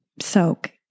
soak